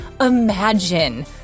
imagine